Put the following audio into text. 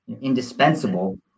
indispensable